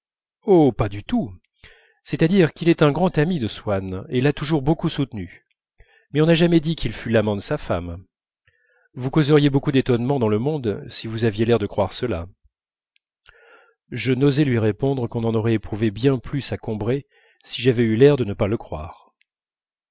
oh pas du tout c'est-à-dire qu'il est grand ami de swann et l'a toujours beaucoup soutenu mais on n'a jamais dit qu'il fût l'amant de sa femme vous causeriez beaucoup d'étonnement dans le monde si vous aviez l'air de croire cela je n'osais lui répondre qu'on en aurait éprouvé bien plus à combray si j'avais eu l'air de ne pas le croire